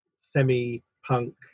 semi-punk